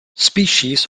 species